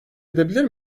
edebilir